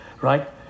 Right